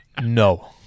No